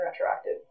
Retroactive